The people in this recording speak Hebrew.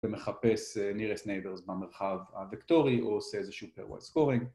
ומחפש nearest neighbors במרחב הוקטורי, אועושה איזשהו pairwise scoring